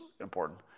important